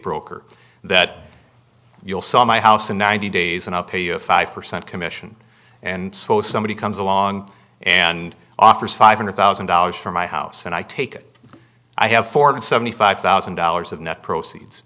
broker that you'll sell my house in ninety days and i'll pay you a five percent commission and so somebody comes along and offers five hundred thousand dollars for my house and i take it i have four hundred and seventy five thousand dollars of net proceeds